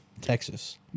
Texas